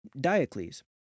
Diocles